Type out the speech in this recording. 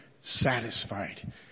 satisfied